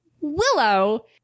Willow